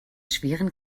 schweren